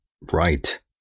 Right